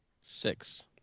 Six